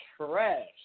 trash